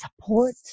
support